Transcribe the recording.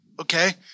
Okay